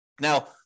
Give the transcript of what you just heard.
Now